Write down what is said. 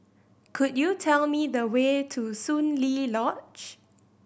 could you tell me the way to Soon Lee Lodge